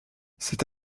cet